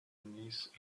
niece